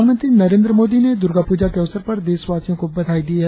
प्रधानमंत्री नरेंद्र मोदी ने दुर्गा पूजा के अवसर पर देशवासियों को शुभकामनाएं दी है